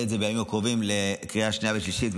את זה בימים הקרובים לקריאה שנייה ושלישית.